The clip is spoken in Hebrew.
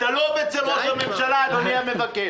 אתה לא עובד אצל ראש הממשלה, אדוני המבקר.